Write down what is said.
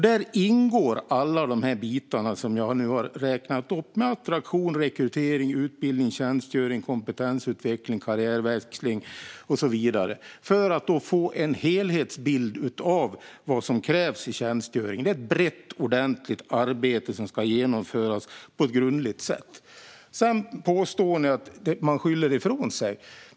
Där ingår alla de bitar som jag har räknat upp - attraktion, rekrytering, utbildning, tjänstgöring, kompetensutveckling, karriärväxling och så vidare - för att man ska få en helhetsbild av vad som krävs i tjänstgöring. Det är ett brett och ordentligt arbete som ska genomföras på ett grundligt sätt. Sedan påstår debattörerna att man skyller ifrån sig.